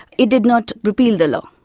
it did not repeal the law,